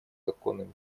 законным